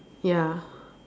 ya